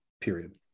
Period